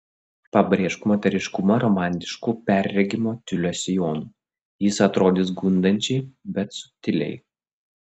pabrėžk moteriškumą romantišku perregimo tiulio sijonu jis atrodys gundančiai bet subtiliai